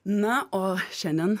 na o šiandien